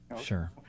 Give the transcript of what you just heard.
Sure